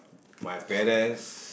my parents